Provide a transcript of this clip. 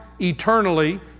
eternally